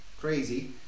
crazy